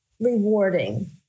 rewarding